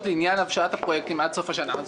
לעניין הבשלת הפרויקטים עד סוף השנה.